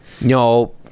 no